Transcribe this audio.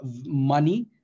money